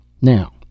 Now